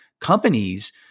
companies